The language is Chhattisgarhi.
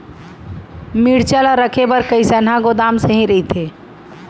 मिरचा ला रखे बर कईसना गोदाम सही रइथे?